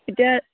এতিয়া